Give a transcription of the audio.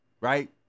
right